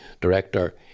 director